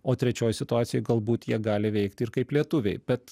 o trečioj situacijoj galbūt jie gali veikt ir kaip lietuviai bet